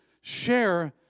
share